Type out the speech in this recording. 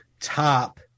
top